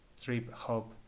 trip-hop